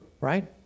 right